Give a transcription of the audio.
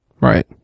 Right